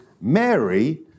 Mary